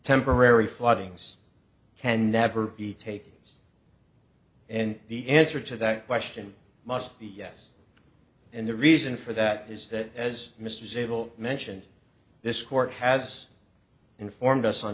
temporary floodings can never be taken and the answer to that question must be yes and the reason for that is that as mr zale mentioned this court has informed us on